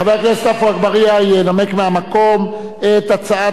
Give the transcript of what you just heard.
חבר הכנסת עפו אגבאריה ינמק מהמקום את הצעת